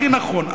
הכי נכון,